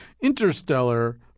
Interstellar